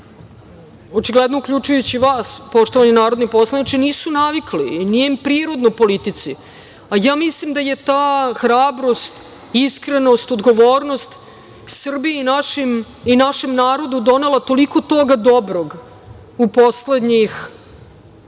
očigledno uključujući i vas, poštovani narodni poslaniče, nisu navikli i nije im prirodno u politici. Ja mislim da je ta hrabrost, iskrenost, odgovornost, Srbiji i našem narodu donela toliko toga dobrog u poslednjih sedam ili